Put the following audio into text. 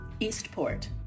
Eastport